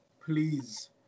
please